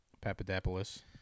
Papadopoulos